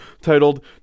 titled